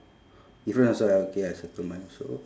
different also right okay I circle mine also